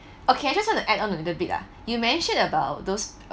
okay I just want to add on a little bit ah you mentioned about those